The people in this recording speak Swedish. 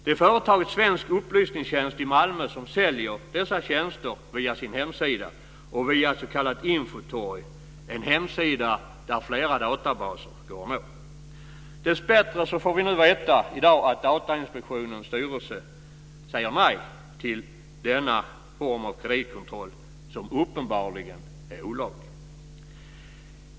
Det är företaget Svensk Upplysningstjänst i Malmö som säljer dessa tjänster visa sin hemsida och via ett s.k. infotorg, en hemsida där flera databaser går att nå. Dessbättre får vi veta i dag att Datainspektionens styrelse säger nej till denna form av kreditkontroll som uppenbarligen är olaglig.